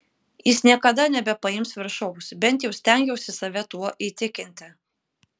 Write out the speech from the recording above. jis niekada nebepaims viršaus bent jau stengiausi save tuo įtikinti